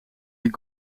die